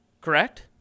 correct